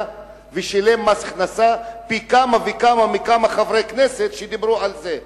ושילם מס הכנסה פי כמה וכמה מכמה חברי כנסת שדיברו על זה.